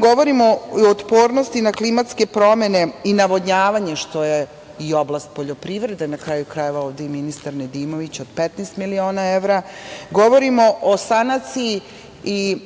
govorimo i o otpornosti na klimatske promene i navodnjavanje, što je i oblast poljoprivrede, na kraju krajeva, ovde je ministar Nedimović, od 15 miliona evra. Govorimo o sanaciji i